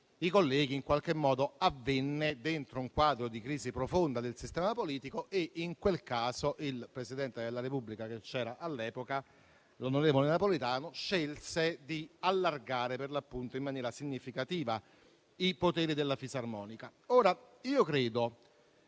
i colleghi, avvenne dentro un quadro di crisi profonda del sistema politico e in quel caso il Presidente della Repubblica che c'era all'epoca, l'onorevole Napolitano, scelse di estendere in maniera significativa i poteri della fisarmonica. Credo che